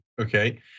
Okay